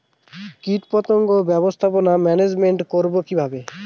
কীটপতঙ্গ ব্যবস্থাপনা ম্যানেজমেন্ট করব কিভাবে?